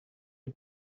its